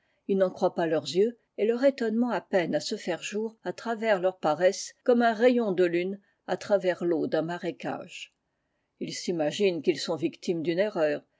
ils n'en croient pas leurs yeux et leur étonnement a peine à se faire jour à travers leur paresse eomme un rayon de lune à travers teaa d'un marécage ils s'imaginent qu'ils sont victimes d'une erreur